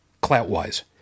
clout-wise